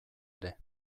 ere